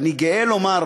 ואני גאה לומר,